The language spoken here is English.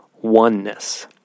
oneness